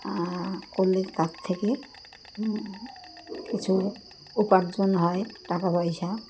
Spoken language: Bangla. করলে তার থেকে কিছু উপার্জন হয় টাকা পয়সা